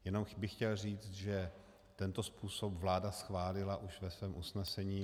Jenom bych chtěl říct, že tento způsob vláda schválila ve svém usnesení.